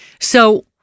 So-